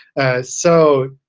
so